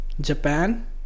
Japan